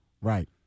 Right